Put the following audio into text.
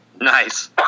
Nice